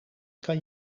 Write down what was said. kan